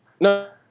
No